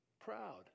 proud